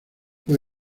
fue